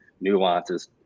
nuances